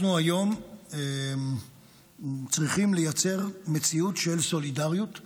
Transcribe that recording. אנחנו היום צריכים לייצר מציאות של סולידריות בין,